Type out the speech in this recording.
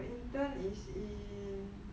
her internship is in